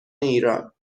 ایران